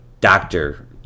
doctor